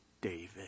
David